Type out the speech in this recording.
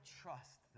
trust